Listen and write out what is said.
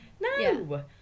No